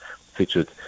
featured